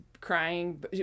crying